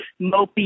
mopey